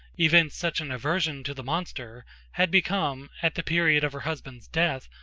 evinced such an aversion to the monster, had become, at the period of her husband's death,